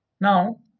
Now